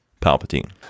Palpatine